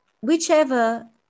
whichever